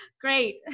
Great